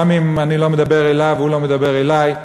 גם אם אני לא מדבר אליו והוא לא מדבר אלי,